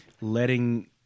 letting